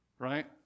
Right